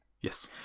Yes